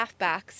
halfbacks